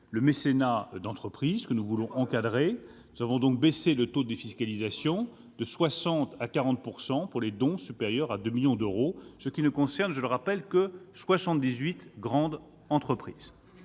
le mécénat d'entreprise. Grave erreur ! Nous voulons l'encadrer. Nous avons donc baissé le taux de défiscalisation de 60 % à 40 % pour les dons supérieurs à 2 millions d'euros, ce qui ne concerne, je le rappelle, que 78 grandes entreprises.